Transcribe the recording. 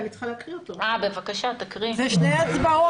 אני רק רוצה לומר: אני מסכים עם כל מה שאמרתם,